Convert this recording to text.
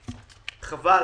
חבל.